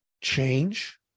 change